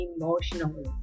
emotionally